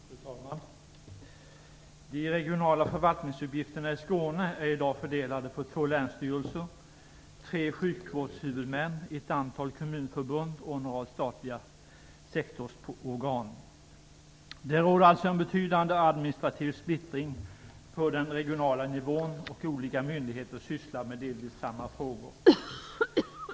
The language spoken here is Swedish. Fru talman! De regionala förvaltningsuppgifterna i Skåne är i dag fördelade på två länsstyrelser, tre sjukvårdshuvudmän, ett antal kommunförbund och en rad statliga sektorsorgan. Det råder alltså en betydande administrativ splittring på den regionala nivån, och olika myndigheter sysslar med delvis samma frågor.